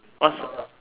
what sound